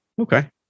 Okay